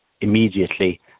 immediately